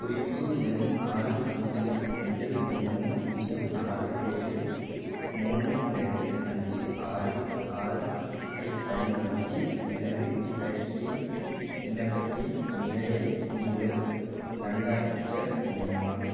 குறிப்பு எண் ஆறு பூஜ்ஜியம் ரெண்டு ஒன்று பூஜ்ஜியம் நாலு ஏழு மூணு ரெண்டு அஞ்சு ஆறு ஆறு ஐப் பயன்படுத்தி எனது ஜிஎஸ்டி விண்ணப்பத்தின் நிலையை நீங்கள் கண்காணிக்க முடியுமா